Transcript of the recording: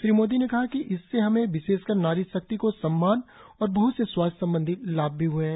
श्री मोदी ने कहा कि इससे हमें विशेषकर नारी शक्ति को सम्मान और बह्त से स्वास्थ्य संबंधी लाभ भी हुए हैं